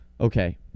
Okay